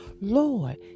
Lord